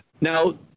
now